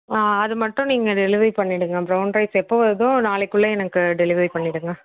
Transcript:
ஆ அது மட்டும் நீங்கள் டெலிவரி பண்ணிவிடுங்க ப்ரௌன் ரைஸ் எப்போ வருதோ நாளைக்குள்ளே எனக்கு டெலிவரி பண்ணிவிடுங்க